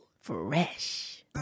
Fresh